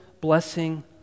blessing